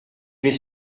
vais